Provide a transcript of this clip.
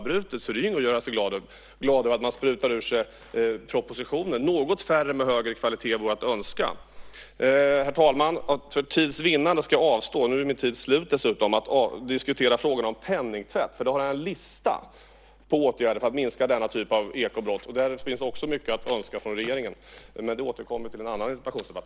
Det är inget att göra sig glad över att man sprutar ur sig propositioner. Något färre med högre kvalitet vore att önska. Herr talman! För tids vinnande - nu är min tid slut dessutom - ska jag avstå från att diskutera frågan om penningtvätt. Jag har en lista på åtgärder för att minska den typen av ekobrott. Där finns också mycket att önska från regeringen, men det återkommer jag till i en annan interpellationsdebatt.